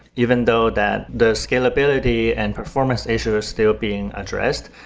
even though that the scalability and performance issue is still being addressed,